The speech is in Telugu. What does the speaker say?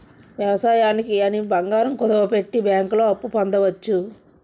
వ్యవసాయానికి అని బంగారం కుదువపెట్టి బ్యాంకుల్లో అప్పు పొందవచ్చు